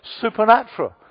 supernatural